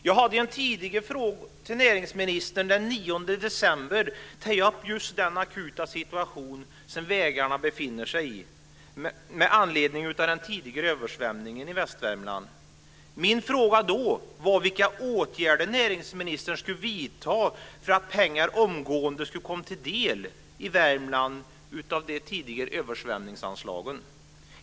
Jag har i en tidigare fråga till näringsministern den 9 december tagit upp den akuta situation som vägarna befinner sig i med anledning av den tidigare översvämningen i Västvärmland. Min fråga då var vilka åtgärder näringsministern skulle vidta för att pengar omgående skulle komma Värmland till del av de tidigare översvämningsanslagen.